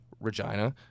Regina